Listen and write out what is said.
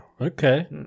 okay